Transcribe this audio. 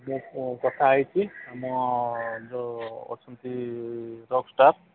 ମୁଁ କଥା ହୋଇଛି ମୋ ଯେଉଁ ଅଛନ୍ତି ରକ୍ ଷ୍ଟାର୍